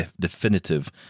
definitive